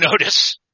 notice